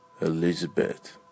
Elizabeth